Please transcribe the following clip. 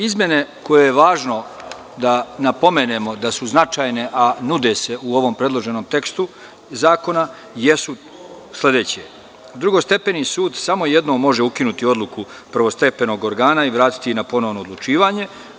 Izmene koje je važno da napomenemo da su značajne, a nude se u ovom predloženom tekstu zakona jesu sledeće – Drugostepeni sud samo jednom može ukinuti odluku prvostepenog organa i vratiti je na ponovno odlučivanje.